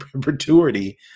perpetuity